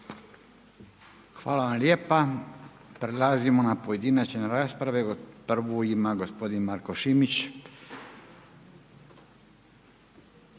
Hvala lijepo. Prelazimo na pojedinačne rasprave, prvu ima gospodin Marko Šimić.